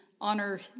honor